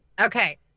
Okay